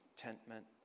contentment